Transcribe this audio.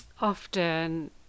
Often